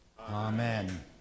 Amen